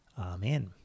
Amen